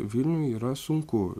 vilniuj yra sunku